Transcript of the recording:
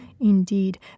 Indeed